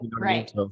Right